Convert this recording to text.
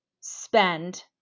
spend